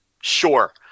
Sure